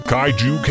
Kaiju